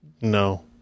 No